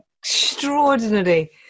extraordinary